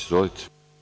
Izvolite.